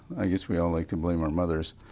i guess we all like to blame our mothers,